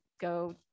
Go